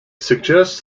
suggests